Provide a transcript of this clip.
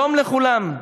שלם לכולם,